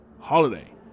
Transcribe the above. holiday